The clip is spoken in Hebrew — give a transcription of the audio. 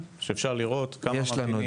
יש מערכת ממוחשבת און ליין שאפשר לראות כמה ממתינים?